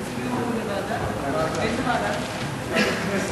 הצעות לסדר-היום מס'